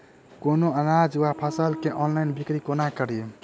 कोनों अनाज वा फसल केँ ऑनलाइन बिक्री कोना कड़ी?